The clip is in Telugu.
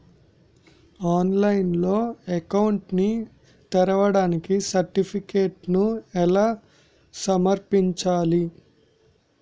ఆన్లైన్లో అకౌంట్ ని తెరవడానికి సర్టిఫికెట్లను ఎలా సమర్పించాలి?